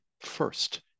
first